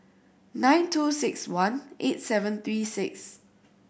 nine two six one eight seven three six